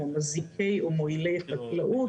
מזיקי או מועילי חקלאות.